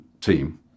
team